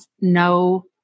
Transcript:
no